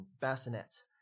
bassinets